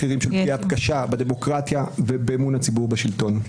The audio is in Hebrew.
מחירים של פגיעה קשה בדמוקרטיה ובאמון הציבור בשלטון.